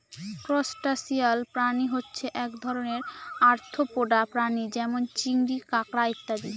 crustacean প্রাণী হচ্ছে এক ধরনের আর্থ্রোপোডা প্রাণী যেমন চিংড়ি, কাঁকড়া ইত্যাদি